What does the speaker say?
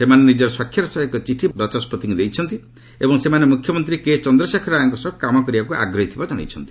ସେମାନେ ନିଜର ସ୍ୱାକ୍ଷର ସହ ଏକ ଚିଠି ବାଚସ୍କତିଙ୍କୁ ଦେଇଛନ୍ତି ଏବଂ ସେମାନେ ମୁଖ୍ୟମନ୍ତ୍ରୀ କେ ଚନ୍ଦ୍ରଶେଖର ରାଓଙ୍କ ସହ କାମ କରିବାକୁ ଆଗ୍ରହୀ ଥିବା ଜଣାଇଛନ୍ତି